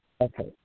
Okay